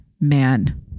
man